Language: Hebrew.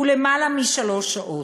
הוא יותר משלוש שעות.